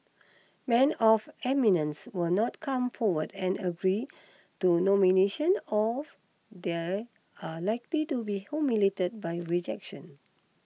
men of eminence will not come forward and agree to nomination of they are likely to be humiliated by rejection